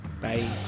bye